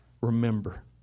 Remember